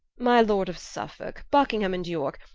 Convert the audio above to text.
my lord of suffolke, buckingham, and yorke,